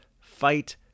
fight